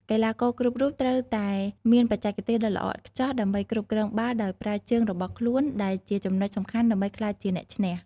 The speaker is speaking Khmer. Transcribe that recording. កីឡាករគ្រប់រូបត្រូវតែមានបច្ចេកទេសដ៏ល្អឥតខ្ចោះដើម្បីគ្រប់គ្រងបាល់ដោយប្រើជើងរបស់ខ្លួនដែលជាចំណុចសំខាន់ដើម្បីក្លាយជាអ្នកឈ្នះ។